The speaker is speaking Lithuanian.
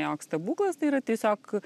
joks stebuklas tai yra tiesiog